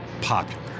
popular